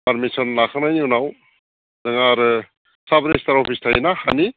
permission लाखांनायनि उनाव नों आरो साब रेजिस्टार अफिस थायोना हानि